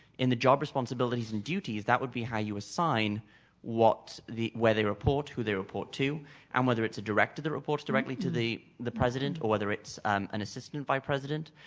in the job responsibilities and duties, that would be how you assign what the where they report, who they report to and um whether it's a direct to the reports directly to the the president or whether it's um an assistant vice president.